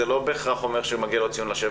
זה לא בהכרח אומר שמגיע לו ציון לשבח.